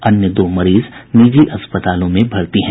अन्य दो मरीज निजी अस्पतालों में भर्ती हैं